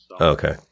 Okay